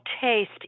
taste